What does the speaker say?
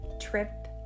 trip